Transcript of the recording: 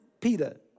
Peter